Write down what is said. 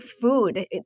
food